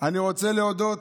אני רוצה להודות